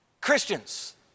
Christians